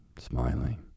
smiling